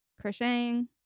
Crocheting